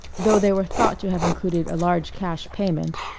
though they were thought to have included a large cash payment.